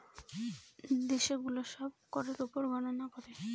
দেশে গুলো সব করের উপর গননা করে